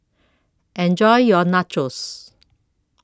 Enjoy your Nachos